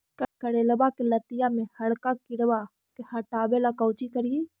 करेलबा के लतिया में हरका किड़बा के हटाबेला कोची करिए?